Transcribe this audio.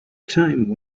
time